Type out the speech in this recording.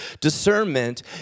discernment